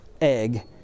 egg